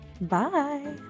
Bye